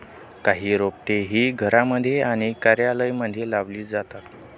काही रोपटे ही घरांमध्ये आणि कार्यालयांमध्ये लावली जातात